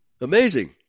Amazing